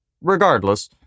regardless